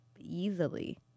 easily